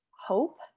hope